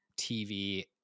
tv